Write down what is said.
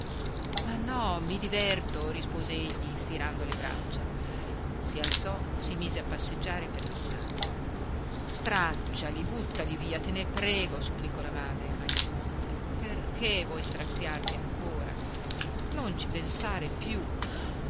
stolidaggine no mi diverto rispose egli stirando le braccia si alzò si mise a passeggiare per la stanza stracciali buttali via te ne prego supplicò la madre a mani giunte perché vuoi straziarti ancora non ci pensare più